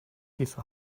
give